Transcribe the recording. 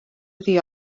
iddi